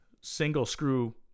single-screw